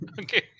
Okay